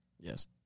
Yes